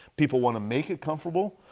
people want to make it comfortable.